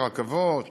ברכבות?